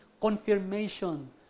confirmation